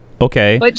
Okay